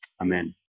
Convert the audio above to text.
Amen